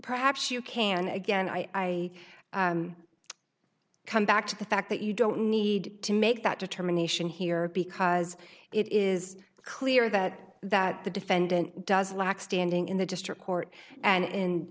perhaps you can again i come back to the fact that you don't need to make that determination here because it is clear that that the defendant does lack standing in the district court and